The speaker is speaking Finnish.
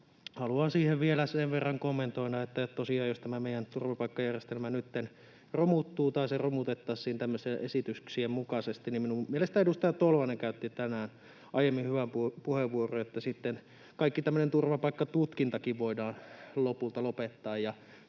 Haluan siihen vielä sen verran kommentoida, että tosiaan jos tämä meidän turvapaikkajärjestelmä nytten romuttuu tai se romutettaisiin tämmöisien esityksien mukaisesti, niin mielestäni edustaja Tolvanen käytti tänään aiemmin hyvän puheenvuoron, että sitten kaikki tämmöinen turvapaikkatutkintakin voidaan lopulta lopettaa